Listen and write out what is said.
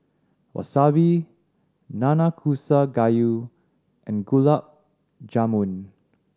Wasabi Nanakusa Gayu and Gulab Jamun